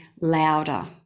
louder